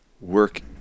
work